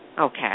Okay